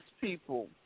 people